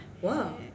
wow